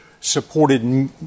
supported